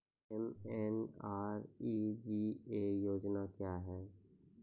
MNREGA योजना क्या हैं?